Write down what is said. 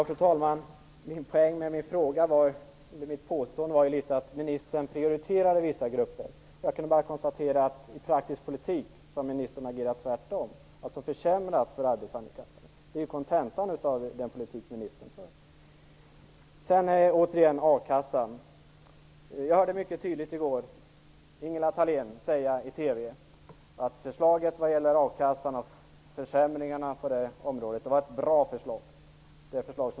Fru talman! Poängen med mitt påstående var att ministern prioriterar vissa grupper. Jag kan bara konstatera att i praktisk politik har ministern agerat tvärtom - hon har alltså försämrat för de arbetshandikappade. Det är kontentan av den politik ministern för. Återigen gäller det a-kassan. Jag hörde mycket tydligt i går Ingela Thalén säga i TV att förslaget som regeringen lagt fram om a-kassan och försämringarna på det området var ett bra förslag.